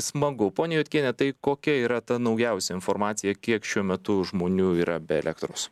smagu ponia juodkiene tai kokia yra ta naujausia informacija kiek šiuo metu žmonių yra be elektros